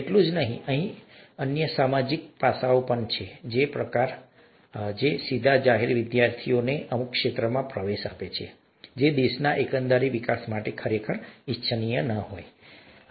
એટલું જ નહીં અન્ય સામાજિક પાસાઓ પણ છે જે પ્રકારના સીધા જાહેર વિદ્યાર્થીઓને અમુક ક્ષેત્રોમાં પ્રવેશ આપે છે જે દેશના એકંદર વિકાસ માટે ખરેખર ઇચ્છનીય ન પણ હોય